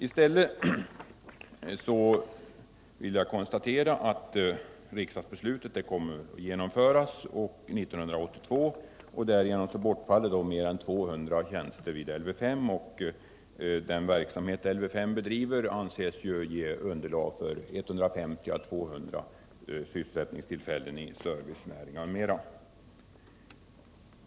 I stället vill jag konstatera att riksdagsbeslutet kommer att genomföras 1982, och därigenom bortfaller då mer än 200 tjänster vid Lv 5. Den verksamhet Lv 5 bedriver anses dessutom ge underlag för 150 å 200 sysselsättningstillfällen i servicenäringar m.m.